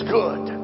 good